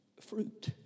fruit